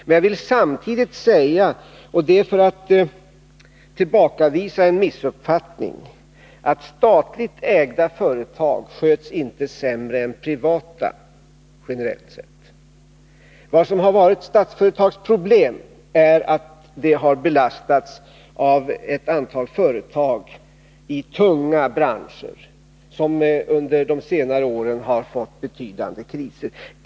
Men jag vill samtidigt, för att tillbakavisa en missuppfattning, säga att statligt ägda företag sköts generellt sett inte sämre än privata. Vad som har varit Statsföretags problem är att det har belastats av ett antal företag i tunga branscher, som under de senare åren har drabbats av betydande kriser.